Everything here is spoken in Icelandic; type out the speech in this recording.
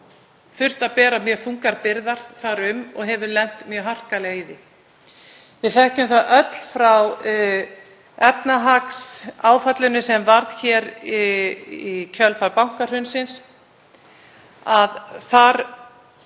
þurft að bera mjög þungar byrðar þar og hefur lent mjög harkalega í því. Við þekkjum það öll frá efnahagsáfallinu sem varð hér í kjölfar bankahrunsins að það